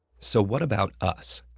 so what about us?